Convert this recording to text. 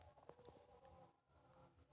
बगीचार माटिक बदलवा ह तोक बहुत कीरा हइ गेल छोक